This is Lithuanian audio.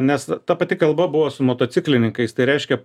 nes ta pati kalba buvo su motociklininkais tai reiškia